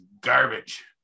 garbage